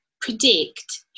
predict